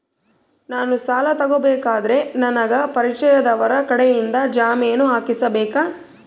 ನಾನು ಸಾಲ ತಗೋಬೇಕಾದರೆ ನನಗ ಪರಿಚಯದವರ ಕಡೆಯಿಂದ ಜಾಮೇನು ಹಾಕಿಸಬೇಕಾ?